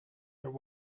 there